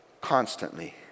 constantly